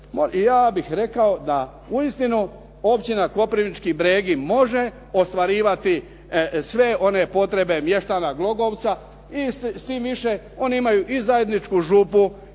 ja bih rekao da uistinu općina Koprivnički Bregi može ostvarivati sve one potrebe mještana Glogovca i s tim više oni imaju i zajedničku župu,